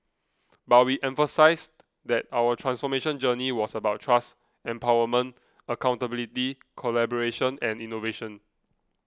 but we emphasised that our transformation journey was about trust empowerment accountability collaboration and innovation